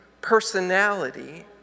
personality